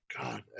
God